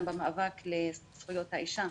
גם במאבק לזכויות האישה,